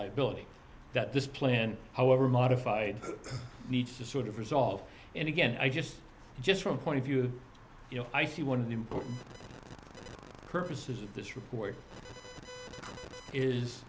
liability that this plan however modified needs to sort of result and again i just just from a point of view you know i see one of the important purposes of this report is